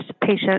patient